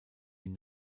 ihm